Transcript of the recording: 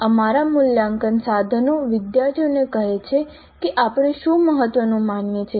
અમારા મૂલ્યાંકન સાધનો વિદ્યાર્થીઓને કહે છે કે આપણે શું મહત્વનું માનીએ છીએ